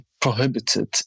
prohibited